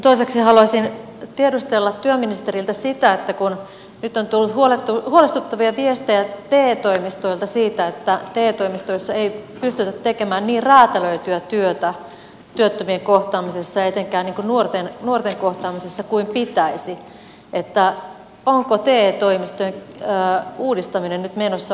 toiseksi haluaisin tiedustella työministeriltä sitä että kun nyt on tullut huolestuttavia viestejä te toimistoilta siitä että te toimistoissa ei pystytä tekemään niin räätälöityä työtä työttömien kohtaamisessa etenkään nuorten kohtaamisessa kuin pitäisi niin onko te toimistojen uudistaminen nyt menossa oikeaan suuntaan